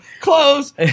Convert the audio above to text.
close